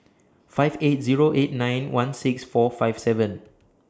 five eight Zero eight nine one six four five seven